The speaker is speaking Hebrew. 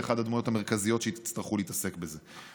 אתה תהיה אחת הדמויות המרכזיות שיצטרכו להתעסק בזה.